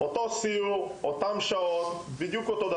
באותו הסיור ובאותן השעות, היה